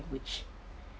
which